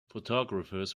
photographers